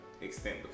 extent